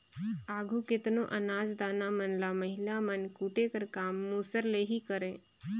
आघु केतनो अनाज दाना मन ल महिला मन कूटे कर काम मूसर ले ही करें